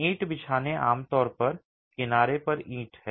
ईंट बिछाने आमतौर पर किनारे पर ईंट है